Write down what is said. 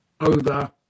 over